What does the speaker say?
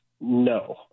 No